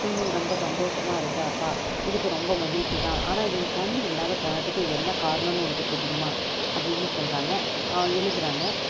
நீ ரொம்ப சந்தோஷமா இருக்க அப்பா எனக்கு ரொம்ப மகிழ்ச்சி தான் ஆனால் என் கண் இல்லாது போனதுக்கு என்ன காரணமெனு உனக்கு தெரியுமா அப்படினு சொல்கிறாங்க எழுதுகிறாங்க